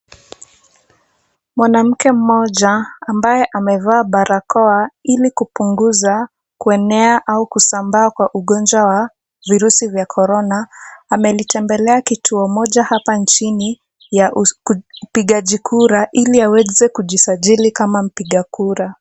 Mwanamke mmoja ambaye amevaa barakoa ili kupunguza kuenea au kusambaa kwa ugonjwa wa virusi vya Corona, amelitembelea kituo moja hapa nchini ya upigaji kura ili aweze kujisajili kama mpiga kura.